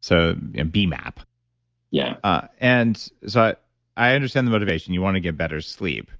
so the map yeah and so but i understand the motivation you want to get better sleep